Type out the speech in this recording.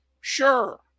Sure